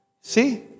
See